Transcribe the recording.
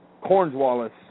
Cornwallis